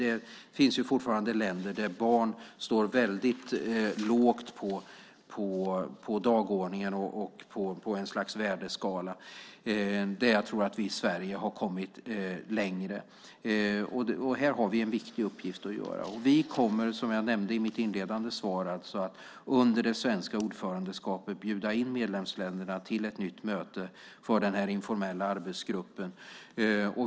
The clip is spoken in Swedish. Det finns fortfarande länder där barn står lågt på dagordningen och på ett slags värdeskala. Där tror jag att vi i Sverige har kommit längre, och där har vi en viktig uppgift att utföra. Vi kommer, som jag nämnde i mitt inledande svar, att under det svenska ordförandeskapet bjuda in medlemsländerna till ett nytt möte för den informella arbetsgruppen.